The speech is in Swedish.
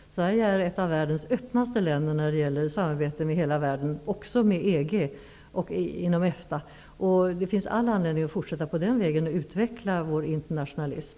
Sverige är ett av världens öppnaste länder när det gäller samarbete med hela världen, även med EG och inom EFTA. Det finns all anledning att fortsätta på den vägen och att utveckla vår internationalism.